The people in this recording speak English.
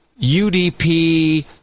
UDP